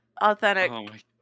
authentic